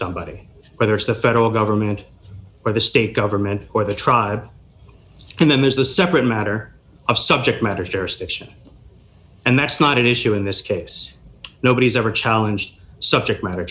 somebody whether it's the federal government or the state government or the tribe and then there's the separate matter of subject matter jurisdiction and that's not an issue in this case nobody's ever challenged subject matter